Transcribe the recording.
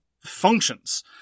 functions